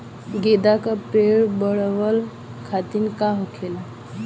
गेंदा का पेड़ बढ़अब खातिर का होखेला?